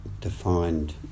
defined